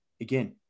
again